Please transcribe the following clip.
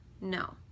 No